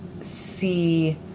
see